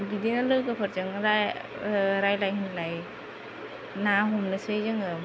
बिदिनो लोगोफोरजों रायज्लाय होनलाय ना हमनोसै जोङो